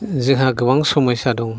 जोंहा गोबां समयसा दं